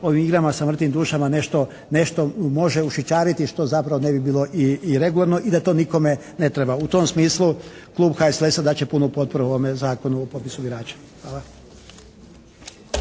ovim igrama sa mrtvim dušama nešto može ušećariti što zapravo ne bi bilo i regularno i da to nikome i ne treba. U tom smislu klub HSLS-a dat će punu potporu ovome Zakonu o popisu birača. Hvala.